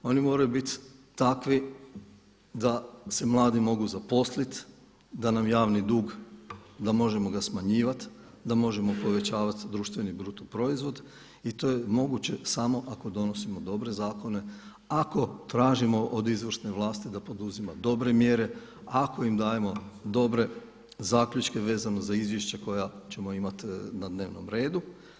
Oni moraju biti takvi da se mladi mogu zaposliti, da nam javni dug, da možemo ga smanjivati, da možemo povećavati društveni brutoproizvod i to je moguće samo ako donosimo dobre zakone, ako tražimo od izvršne vlasti da poduzima dobre mjere, ako im dajemo dobre zaključke vezano za izvješća koja ćemo imati na dnevnom redu.